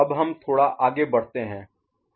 अब हम थोड़ा आगे बढ़ते हैं